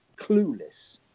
clueless